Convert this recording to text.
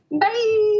Bye